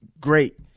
great